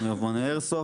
אנחנו יבואנים איירסופט,